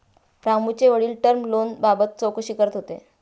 रामूचे वडील टर्म लोनबाबत चौकशी करत होते